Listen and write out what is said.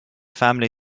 family